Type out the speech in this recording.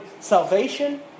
salvation